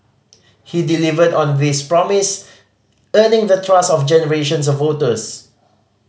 he delivered on this promise earning the trust of generations of voters